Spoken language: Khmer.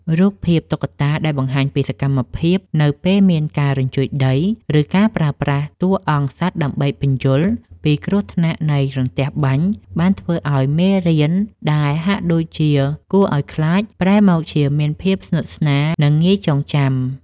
រូបភាពតុក្កតាដែលបង្ហាញពីសកម្មភាព នៅពេលមានការរញ្ជួយដី ឬការប្រើប្រាស់តួអង្គសត្វដើម្បីពន្យល់ពីគ្រោះថ្នាក់នៃរន្ទះបាញ់ បានធ្វើឱ្យមេរៀនដែលហាក់ដូចជាគួរឱ្យខ្លាច ប្រែមកជាមានភាពស្និទ្ធស្នាល និងងាយចងចាំ។